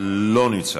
אינו נוכח.